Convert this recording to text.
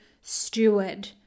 steward